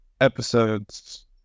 episodes